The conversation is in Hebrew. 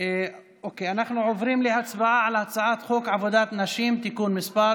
אנחנו עוברים להצבעה על הצעת חוק עבודת נשים (תיקון מס'